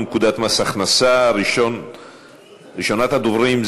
פקודת מס הכנסה (מס' 218). ראשונת הדוברים,